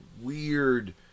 weird